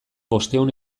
bostehun